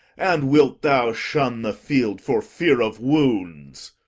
and wilt thou shun the field for fear of wounds?